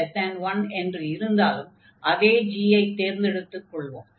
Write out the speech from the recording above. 0n1 என்று இருந்தாலும் அதே g ஐ தேர்ந்தெடுத்துக் கொள்வோம்